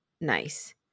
nice